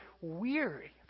weary